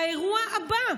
לאירוע הבא?